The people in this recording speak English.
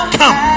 come